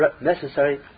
necessary